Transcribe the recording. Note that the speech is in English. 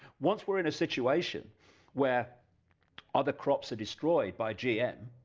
once we're in a situation where other crops are destroyed by gm,